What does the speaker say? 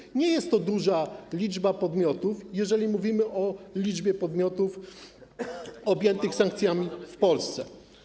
Tak że nie jest to duża liczba podmiotów, mówimy o liczbie podmiotów objętych sankcjami w Polsce.